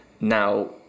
Now